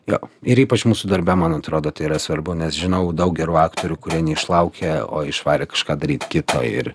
jo ir ypač mūsų darbe man atrodo tai yra svarbu nes žinau daug gerų aktorių kurie neišlaukė o išvarė kažką daryt kito ir